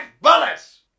Bullets